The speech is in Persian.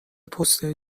پست